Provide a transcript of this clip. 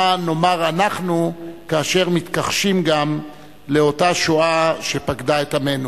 מה נאמר אנחנו כאשר מתכחשים גם לאותה שואה שפקדה את עמנו?